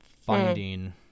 finding